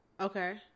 Okay